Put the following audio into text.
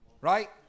Right